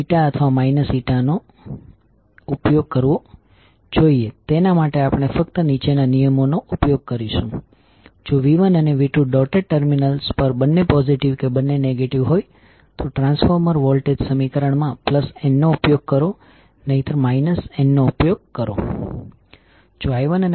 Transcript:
ચાલો આ ફિગર જોઈએ જ્યાં આપણી પાસે v1અને v2છે જે 2 કોઇલ પર 2 વોલ્ટેજ લાગુ કરેલ છે જે નજીકમાં મૂકવામાં આવે છે તેથી આ બે ચુંબકીય રીતે જોડાયેલા છે